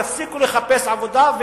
יפסיקו לחפש עבודה,